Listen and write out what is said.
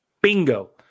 Bingo